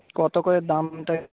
কত করে দামটা